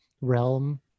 realm